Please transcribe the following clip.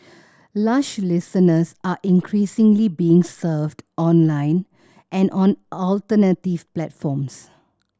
lush listeners are increasingly being served online and on alternative platforms